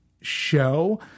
show